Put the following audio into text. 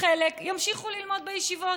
חלק ימשיכו ללמוד בישיבות,